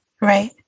Right